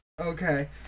Okay